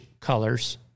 colors